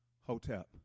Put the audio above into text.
Hotep